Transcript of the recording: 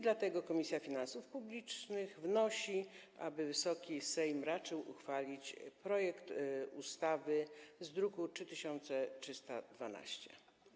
Dlatego Komisja Finansów Publicznych wnosi, aby Wysoki Sejm raczył uchwalić projekt ustawy z druku nr 3312.